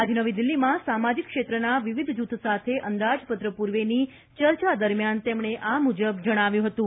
આજે નવી દિલ્હીમાં સામાજિક ક્ષેત્રના વિવિધ જૂથ સાથે અંદાજપત્ર પૂર્વેની ચર્ચા દરમિયાન તેમણે આ મુજબ જણાવ્યું હતું